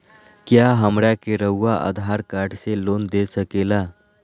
क्या हमरा के रहुआ आधार कार्ड से लोन दे सकेला?